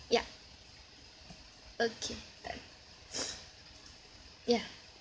ya okay done yeah